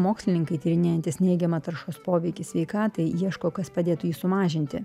mokslininkai tyrinėjantys neigiamą taršos poveikį sveikatai ieško kas padėtų jį sumažinti